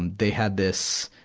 and they had this,